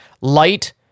Light